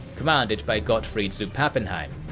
commanded by gottfried zu pappenheim.